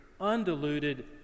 undiluted